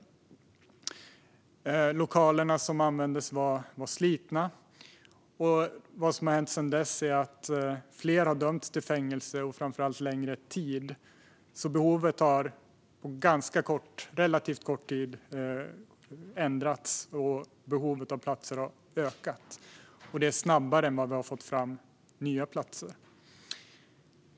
Lokalerna som användes var slitna. Vad som har hänt sedan dess är att fler har dömts till fängelse, framför allt till längre tid i fängelse. Behovet har alltså på relativt kort tid ändrats. Behovet av platser har ökat. Det har ökat snabbare än vad vi har fått fram nya platser.